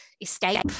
Escape